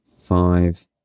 Five